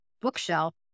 bookshelf